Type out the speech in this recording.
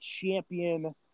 champion